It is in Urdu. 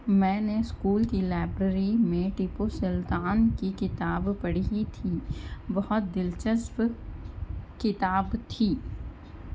میں نے اسکول کی لائبریری میں ٹیپو سلطان کی کتاب پڑھی تھی بہت دلچسپ کتاب تھی